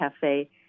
Cafe